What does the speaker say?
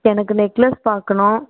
எனக்கு நெக்லஸ் பார்க்கணும்